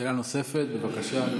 שאלה נוספת, בבקשה.